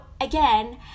again